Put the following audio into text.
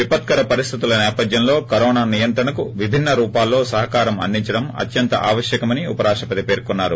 విపత్కర పరిస్దితుల సేపథ్యంలో కరోనా నియంత్రణకు విభిన్స రూపాల్లో సహకారం అందించడం అత్యంత ఆవశ్యకమని ఉపరాష్టపతి పేర్కొన్నారు